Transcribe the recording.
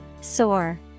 Sore